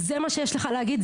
זה מה שיש לך להגיד?